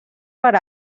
per